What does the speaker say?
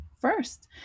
first